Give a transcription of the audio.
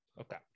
okay